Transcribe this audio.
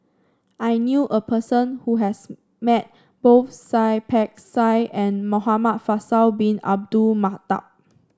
I knew a person who has met both Seah Peck Seah and Muhamad Faisal Bin Abdul Manap